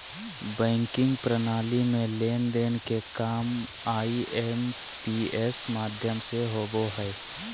banking प्रणाली में लेन देन के काम आई.एम.पी.एस माध्यम से होबो हय